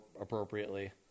appropriately